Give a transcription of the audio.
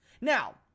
Now